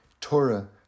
Torah